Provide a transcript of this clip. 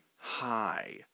hi